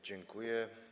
Dziękuję.